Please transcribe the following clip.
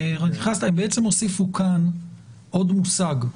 הם בעצם הוסיפו כאן עוד מושג,